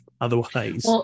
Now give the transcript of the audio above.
Otherwise